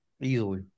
easily